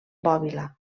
bòbila